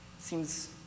seems